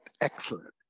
excellent